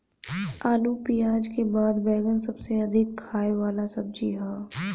आलू पियाज के बाद बैगन सबसे अधिका खाए वाला सब्जी हअ